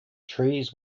trees